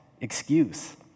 excuse